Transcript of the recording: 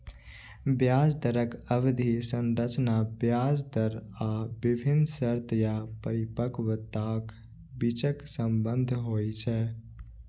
ब्याज दरक अवधि संरचना ब्याज दर आ विभिन्न शर्त या परिपक्वताक बीचक संबंध होइ छै